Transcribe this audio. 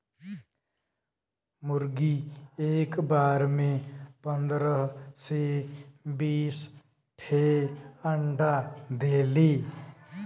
मुरगी एक बार में पन्दरह से बीस ठे अंडा देली